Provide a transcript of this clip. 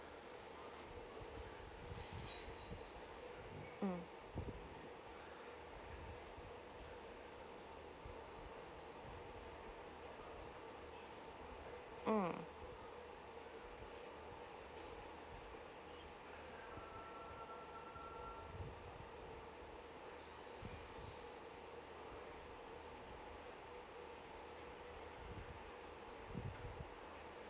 mm mm